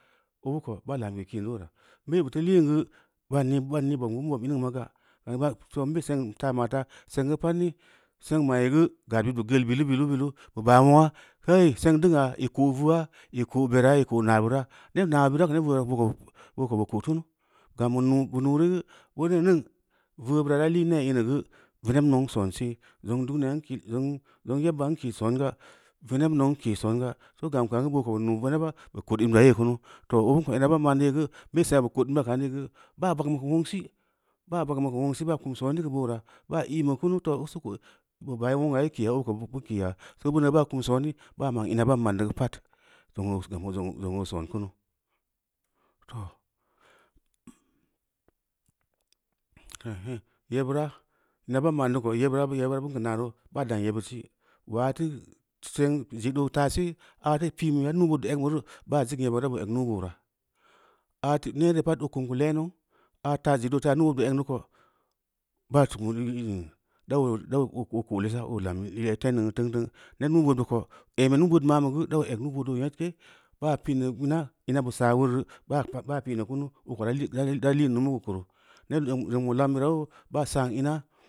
Obu ko baa tunda kin neu uluera, n be buteu liin geu baa nii bobm geu, bu bob in ningn ma ga, too n be seng taa ma’ faa seng geu pad ni, seng ma’ī geu gad bid bu geul bilu-bilu, bu baa numgua hei seng dumgua, ī ko veu a, ī ko’ beraa, i ko naa bira neb naabe bira, neb veu be bid ko bu ko’ teum gam bu nuu reum beuneu ningn veu bira daa lii nel ini geu veneb nu soon see, zong duniya n kii, zong yeba n kii songa, veneb nou n kii songa, soo gam kaam geu boo ko bu naa veneba ba, bu kod in bira yoo kunu too obin ko ina ban ma’n nee geu’n sengna bu kod in bira ka’n nei jeu, baa bagn bu geu nlueng si, baa bagn bu geu nung si baa kum sooni kea boora, boo o bu kuna too ī’ sokko bu bai muengna ī ki boo ko bu kiya, soo beunea baa kum sooni baa ma’n ina baa ma’n neu geu pad, gam zong oo son kunu. Too, yebura īna bin ma’n neu ko yebira bin geu naa yee baa dam yebbid sī, waa teu seng zed oo faa see, aa deung pin beya nuu-bood egn beya reu, baa zig yeba da baa eg nuu-boora, aa neere pad oo kunu ku le-nau, a’a zed oo faa nuu-bood bee egn neu ko, baa zud min dau ko’ lesa pp lam yed fem nin teum-teung, ned nuu-bood beu kp, emi nuu-bood ma’n beu gu boo eg nuu-bood boo nyedke, baa pi’n bu ina ina bu seea ueureu re, baa pi’n bu ina ina bu saa ueureu re, baa pi’n neu kunu oo ko da lii numu keu kupu neb zong bu lam bira yeo baa sam ina